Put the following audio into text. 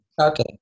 Okay